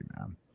man